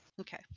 Okay